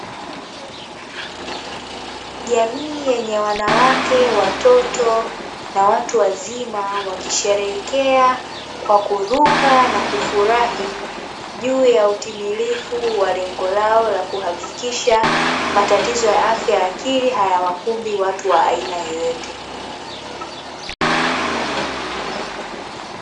Jamii yenye wanawake, watoto na watu wazima; wakisherekea kwa kuruka na kufurahi juu ya utimilifu wa lengo lao la kuhakikisha matatizo ya afya ya akili hayawakumbi watu wa aina yoyote.